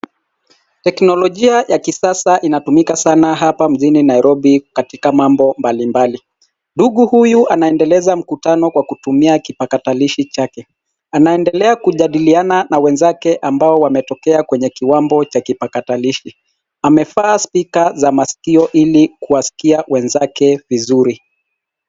Teknolojia ya kisasa inatumika sana hapa mjini Nairobi, katika mambo mbalimbali, Ndugu huyu anaendeleza mkutano kwa kutumia kipakatalishi chake. Anaendelea kujadiliana na wenzake ambao wametokea kwenye kiwambo cha kipakatalishi. Amevaa spika za masikio ili kuwasikia wenzake vizuri.